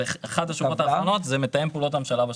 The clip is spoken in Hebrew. ובאחת השורות האחרונות זה מתאם פעולות הממשלה בשטחים.